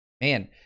Man